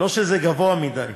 לא שזה גבוה מדי,